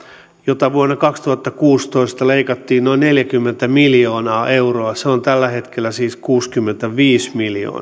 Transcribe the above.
jota vuonna kaksituhattakuusitoista leikattiin noin neljäkymmentä miljoonaa euroa se on tällä hetkellä siis kuusikymmentäviisi miljoonaa